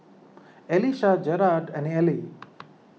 Elisha Jerad and Ellie